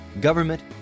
government